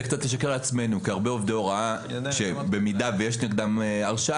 זה קצת לשקר לעצמנו כי הרבה עובדי הוראה במידה ויש נגדם הרשעה,